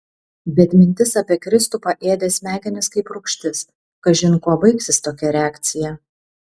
bet mintis apie kristupą ėdė smegenis kaip rūgštis kažin kuo baigsis tokia reakcija